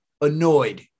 annoyed